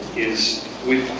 is